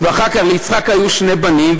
ואחר כך ליצחק היו שני בנים,